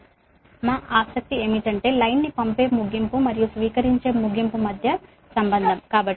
కానీ మా ఆసక్తి ఏమిటంటే లైన్ ని పంపే ముగింపు మరియు స్వీకరించే ముగింపు మధ్య సంబంధం